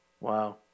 Wow